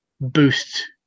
boost